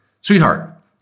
sweetheart